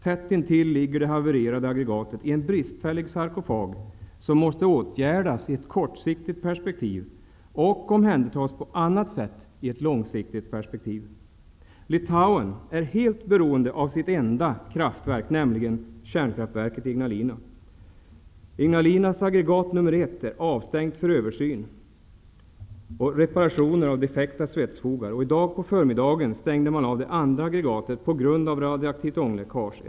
Tätt intill ligger det havererade aggregatet i en bristfällig sarkofag som måste åtgärdas i ett kortsiktigt perspektiv och omhändertas på annat sätt i ett långsiktigt perspektiv. Litauen är helt beroende av sitt enda kraftverk, nämligen kärnkraftverket i Ignalina. Ignalinas aggregat nummer ett är avstängt för översyn och reparationer av defekta svetsfogar. I dag på förmiddagen stängde man av det andra aggregatet på grund av radioaktivt ångläckage.